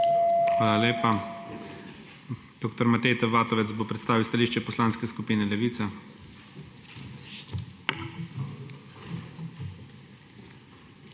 Hvala lepa. Dr. Matej T. Vatovec bo predstavil stališče Poslanske skupine Levica.